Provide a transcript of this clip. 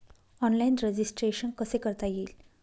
Online registration कसे करता येईल?